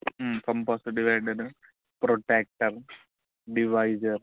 compass divider protractor divisor